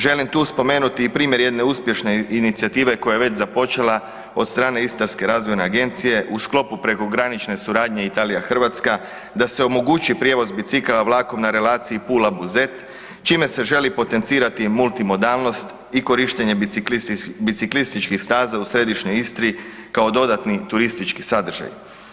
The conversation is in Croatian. Želim tu spomenuti primjer jedne uspješne inicijative koja je već započela od strane istarske razvojne agencije u sklopu prekogranične suradnje Italija-Hrvatska, da se omogući prijevoz bicikala vlakom na relaciji Pula-Buzet čime se želi potencirati multimodalnost i korištenje biciklističkih staza u središnjoj Istri kao dodatni turistički sadržaji.